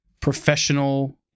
professional